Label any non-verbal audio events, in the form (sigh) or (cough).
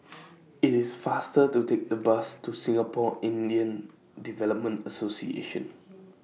(noise) IT IS faster to Take The Bus to Singapore Indian Development Association